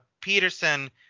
Peterson